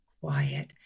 quiet